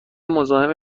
مزاحم